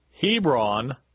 Hebron